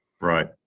Right